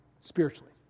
spiritually